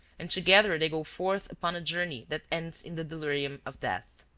and together they go forth upon a journey that ends in the delirium of death.